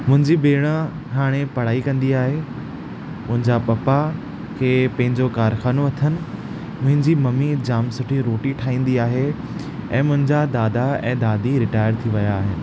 मुंहिंजी भेण हाणे पढ़ाई कंदी आहे मुंहिंजा पापा खे पंहिंजो कारख़ानो अथनि मुंहिंजी मम्मी जामु सुठी रोटी ठाहींदी आहे ऐं मुंहिंजा दादा ऐं दादी रिटायर थी विया आहिनि